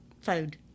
food